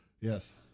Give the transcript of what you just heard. Yes